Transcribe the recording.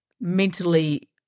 mentally